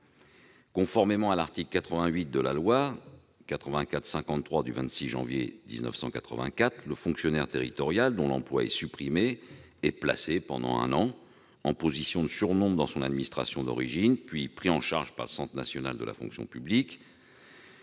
statutaires relatives à la fonction publique territoriale, le fonctionnaire territorial dont l'emploi est supprimé est placé pendant un an en position de surnombre dans son administration d'origine, puis pris en charge par le Centre national de la fonction publique